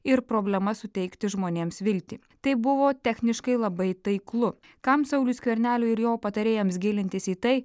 ir problemas suteikti žmonėms viltį tai buvo techniškai labai taiklu kam sauliui skverneliui ir jo patarėjams gilintis į tai